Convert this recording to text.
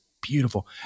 Beautiful